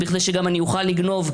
בכדי שאני גם אוכל לגנוב?